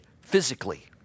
physically